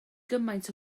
gymaint